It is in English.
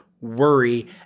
worry